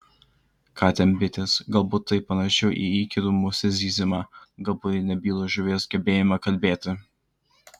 ką ten bitės galbūt tai panašiau į įkyrų musės zyzimą galbūt į nebylų žuvies gebėjimą kalbėti